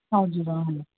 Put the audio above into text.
हजुर अँ